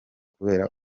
kubera